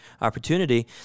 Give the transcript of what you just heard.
opportunity